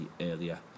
earlier